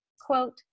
Quote